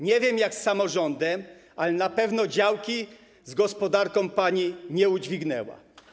Nie wiem, jak z samorządem, ale na pewno działki z gospodarką pani nie udźwignęła.